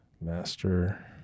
Master